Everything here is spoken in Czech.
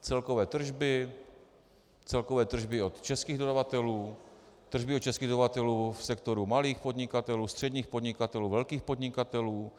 Celkové tržby, celkové tržby od českých dodavatelů, tržby od českých dodavatelů v sektoru malých podnikatelů, středních podnikatelů, velkých podnikatelů?